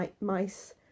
Mice